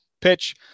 pitch